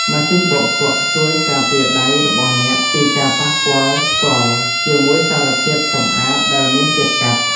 ម៉ាស៊ីនបោកគក់ជួយការពារដៃរបស់អ្នកពីការប៉ះពាល់ផ្ទាល់ជាមួយសារធាតុសម្អាតដែលមានជាតិកាត់។